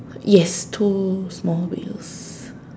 yes two small wheels